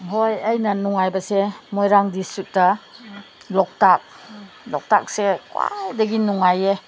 ꯍꯣꯏ ꯑꯩꯅ ꯅꯨꯡꯉꯥꯏꯕꯁꯦ ꯃꯣꯏꯔꯥꯡ ꯗꯤꯁꯇ꯭ꯔꯤꯛꯇ ꯂꯣꯛꯇꯥꯛ ꯂꯣꯛꯇꯥꯛꯁꯦ ꯈ꯭ꯋꯥꯏꯗꯒꯤ ꯅꯨꯡꯉꯥꯏꯌꯦ